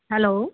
hello